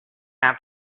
have